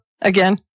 Again